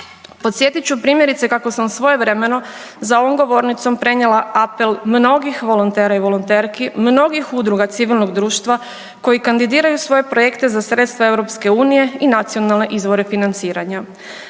Podsjetit ću primjerice kako sam svojevremeno za ovom govornicom prenijela apel mnogi volontera i volonterki, mnogih udruga civilnog društva koji kandidiraju svoje projekte za sredstva EU i nacionalne izvore financiranja.